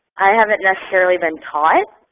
i haven't necessarily been taught.